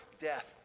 death